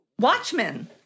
Watchmen